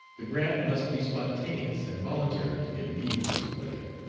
the grant must be spontaneous and voluntary to give me the most pleasure.